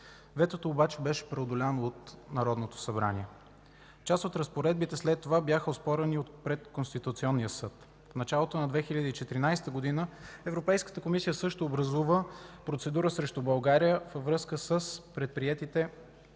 Ветото обаче беше преодоляно от Народното събрание. Част от разпоредбите след това бяха оспорени пред Конституционния съд. В началото на 2014 г. Европейската комисия също образува процедура срещу България във връзка с предприетите